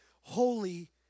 Holy